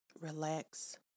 relax